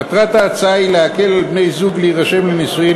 מטרת ההצעה היא להקל על בני-זוג להירשם לנישואין,